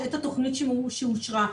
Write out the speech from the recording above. עת התכנית אושרה.